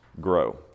grow